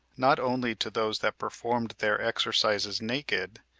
not only to those that performed their exercises naked,